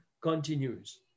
continues